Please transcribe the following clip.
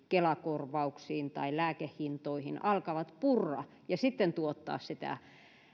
kela korvauksiin tai muutokset lääkkeiden hintoihin alkavat purra ja tuottaa sitä